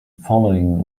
following